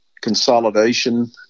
consolidation